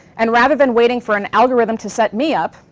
and rather than waiting for an algorithm to set me up,